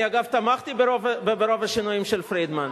אני, אגב, תמכתי ברוב השינויים של פרידמן.